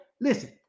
listen